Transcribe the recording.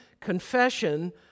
confession